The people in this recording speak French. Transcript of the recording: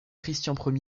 christian